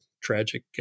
Tragic